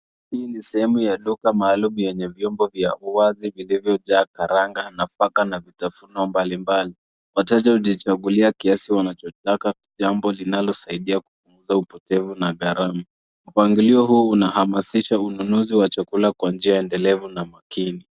Hii ni sehemu ya duka maalumi yenye vyombo vya uwazi vilivyo jaa karanga, nafaka na vitafuno mbalimbali. Wateja hujichagulia kiasi wanachotaka jambo linalo saidia kupunguza upotevu na gharama. Mpangilio huu unahamasisha ununuzi wa chakula kwa njia endelevu na makini